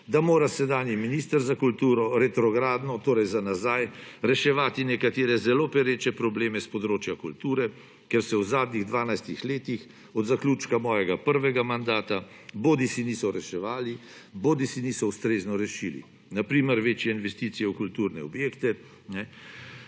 da mora sedanji minister za kulturo retrogradno, torej za nazaj, reševati nekatere zelo pereče probleme s področja kulture, ker se v zadnjih 12 letih od zaključka mojega prvega mandata bodisi niso reševali bodisi niso ustrezno rešili. Na primer, večje investicije v kulturne objekte,